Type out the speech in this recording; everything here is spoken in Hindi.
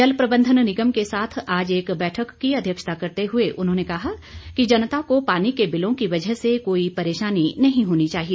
जल प्रबंधन निगम के साथ आज एक बैठक की अध्यक्षता करते हुए उन्होंने कहा कि जनता को पानी के बिलों की वजह से कोई परेशानी नहीं होनी चाहिए